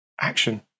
action